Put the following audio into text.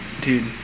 Dude